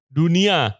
dunia